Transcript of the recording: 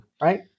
right